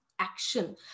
action